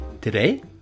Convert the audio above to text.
Today